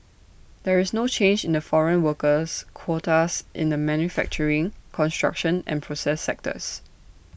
there is no change in the foreign workers quotas in the manufacturing construction and process sectors